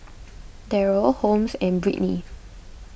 Darryl Holmes and Brittney